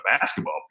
basketball